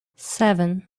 seven